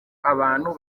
abantu